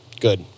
Good